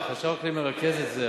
החשב הכללי מרכז את זה,